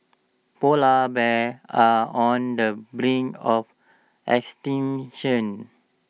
Polar Bears are on the brink of extinction